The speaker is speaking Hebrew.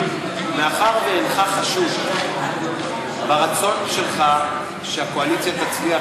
מאחר שאינך חשוד ברצון שלך שהקואליציה תצליח